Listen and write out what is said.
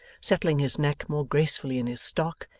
settling his neck more gracefully in his stock,